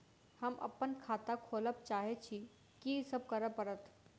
हम अप्पन खाता खोलब चाहै छी की सब करऽ पड़त?